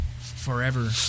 forever